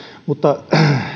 mutta